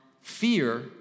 fear